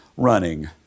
running